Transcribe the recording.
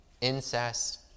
incest